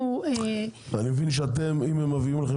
אנחנו --- אני מבין שאם הם מביאים לכם